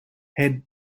had